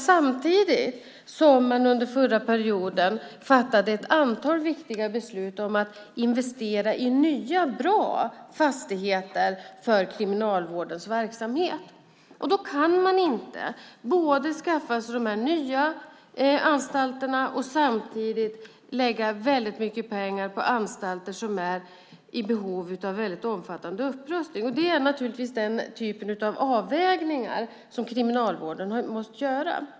Samtidigt fattade man under den förra perioden ett antal viktiga beslut om att investera i nya, bra fastigheter för Kriminalvårdens verksamhet. Man kan inte skaffa sig de här nya anstalterna och samtidigt lägga väldigt mycket pengar på anstalter som är i behov av mycket omfattande upprustning. Det är den typ av avvägningar som Kriminalvården har gjort.